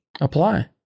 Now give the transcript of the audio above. apply